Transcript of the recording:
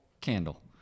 candle